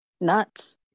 nuts